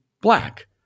Black